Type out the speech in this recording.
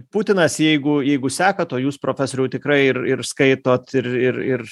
putinas jeigu jeigu sekat o jūs profesoriau tikrai ir ir skaitot ir ir ir